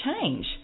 change